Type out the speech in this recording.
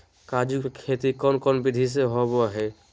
काजू के खेती कौन कौन विधि से होबो हय?